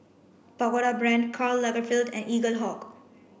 Pagoda Brand Karl Lagerfeld and Eaglehawk